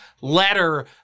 letter